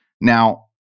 Now